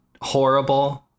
horrible